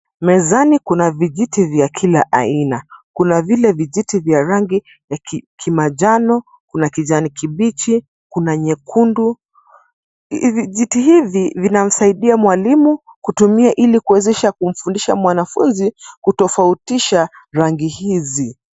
Mezani kuna vijiti vya kila aina . Kuna vile vijiti vya rangi ya kimanjano, kuna kijani kibichi, kuna nyekundu. VIjiti hivi vinamsaidia mwalimu kutumia ili kuwezesha kumfundisha mwanafunzi kutofautisha rangi hizi.